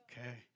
Okay